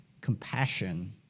compassion